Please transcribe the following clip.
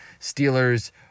Steelers